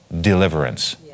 deliverance